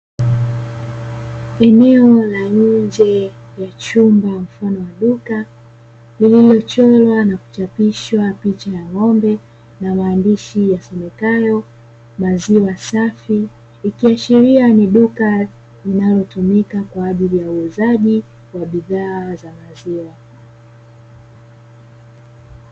Eneo la nje ya chumba mfano wa duka, lililochorwa na kuchapishwa picha ya ng'ombe, na maandishi yasomekayo maziwa safi, ikiashiria ni duka linalotumika kwa ajili ya uuzaji wa bidhaa za maziwa.